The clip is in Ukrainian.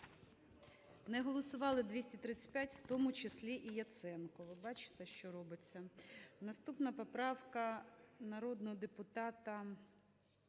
Не голосували 235, у тому числі і Яценко. Ви бачите, що робиться? Наступна поправка - народного